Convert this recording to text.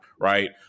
Right